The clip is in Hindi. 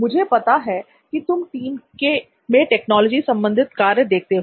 मुझे पता है कि तुम इस टीम में टेक्नोलॉजी संबंधित कार्य देखते हो